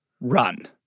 run